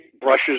brushes